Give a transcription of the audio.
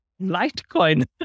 Litecoin